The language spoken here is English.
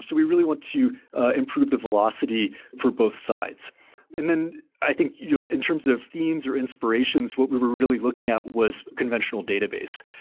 so we really want to improve the velocity for both sides and then i think you know in terms of themes or inspirations, what we were really looking at was conventional database,